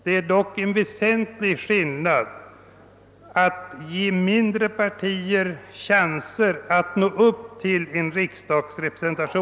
Det är dock en väsentlig skillnad på det och att inte ge mindre partier chansen att nå upp till denna = riksdagsrepresentation.